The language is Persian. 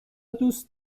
دوست